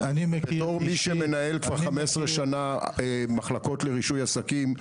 בתור מי שמנהל כבר 15 מחלקות לרישוי עסקים,